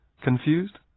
confused